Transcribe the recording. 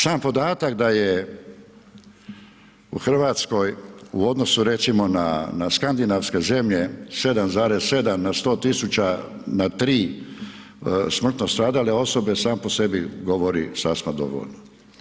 Sam podatak da je u Hrvatskoj u odnosu recimo na skandinavske zemlje 7,7 na 100 tisuća, a 3 smrtno stradale osobe sam po sebi govori sasvim dovoljno.